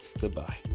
goodbye